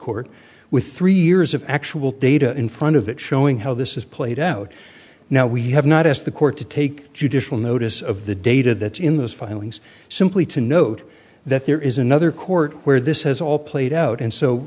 court with three years of actual data in front of it showing how this is played out now we have not asked the court to take judicial notice of the data that's in those filings simply to note that there is another court where this has all played out and so